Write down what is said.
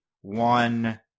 one